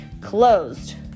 Closed